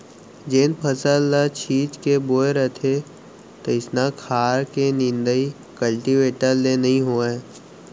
जेन फसल ल छीच के बोए रथें तइसना खार के निंदाइ कल्टीवेटर ले नइ होवय